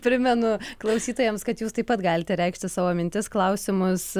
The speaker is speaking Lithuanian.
primenu klausytojams kad jūs taip pat galite reikšti savo mintis klausimus